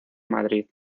madrid